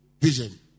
Vision